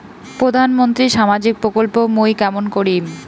প্রধান মন্ত্রীর সামাজিক প্রকল্প মুই কেমন করিম?